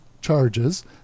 charges